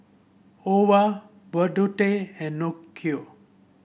Ova Burdette and Nicki